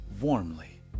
warmly